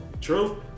True